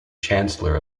chancellor